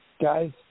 guys